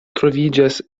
troviĝas